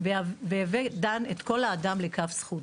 וֶהֱוֵי דָן אֶת כָּל הָאָדָם לְכַף זְכוּת,